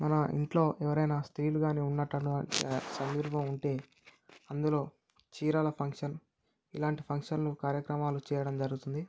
మన ఇంట్లో ఎవరైనా స్త్రీలు గానీ ఉన్నటలా సందర్భం ఉంటే అందులో చీరల ఫంక్షన్ ఇలాంటి ఫంక్షన్లు కార్యక్రమాలు చేయడం జరుగుతుంది